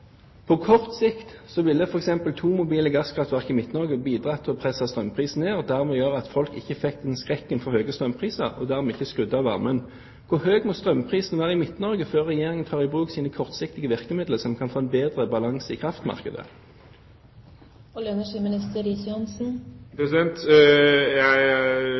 På kort sikt ville f.eks. to mobile gasskraftverk i Midt-Norge bidra til å presse strømprisene ned, og dermed gjøre at folk ikke fikk den skrekken for høye strømpriser og skrudde av varmen. Da må en spørre: Hvor høy må strømprisen være i Midt-Norge før Regjeringen tar i bruk sine kortsiktige virkemidler, så vi kan få en bedre balanse i kraftmarkedet?